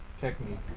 technique